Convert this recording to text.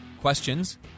questions